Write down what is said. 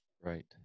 Right